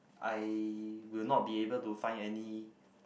I will not be able to find any